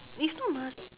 it's not mah